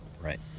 Right